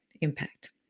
impact